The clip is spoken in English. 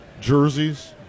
jerseys